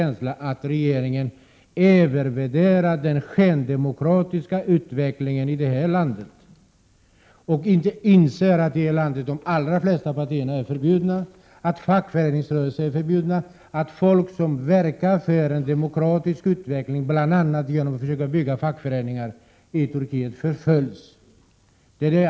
1987/88:133 känsla av att regeringen övervärderar den skendemokratiska utvecklingen i det landet och inte inser att de flesta partier där är förbjudna, att fackföreningsrörelsen är förbjuden, att folk som verkar för en demokratisk utveckling — bl.a. genom att försöka bygga upp fackföreningar i Turkiet — förföljs.